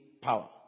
power